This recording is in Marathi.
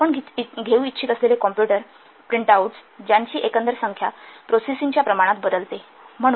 आपण घेऊ इच्छित असलेले कॉम्प्युटर प्रिंटआउट्स ज्यांची एकंदर संख्या प्रोसेसिंग च्या प्रमाणात बदलतात